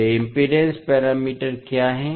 वे impedance parameter क्या हैं